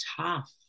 tough